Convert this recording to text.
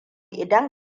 idan